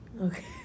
Okay